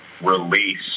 release